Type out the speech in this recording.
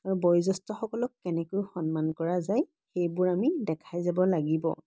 আৰু বয়োজ্যেষ্ঠসকলক কেনেকৈ সন্মান কৰা যায় সেইবোৰ আমি দেখাই যাব লাগিব